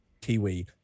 Kiwi